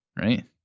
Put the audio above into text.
right